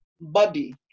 body